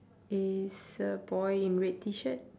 is a boy in red T-shirt